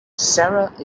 sarah